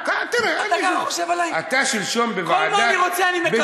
כל מה שאני רוצה אני מקבל.